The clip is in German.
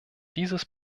dieses